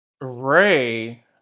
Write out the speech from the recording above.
Ray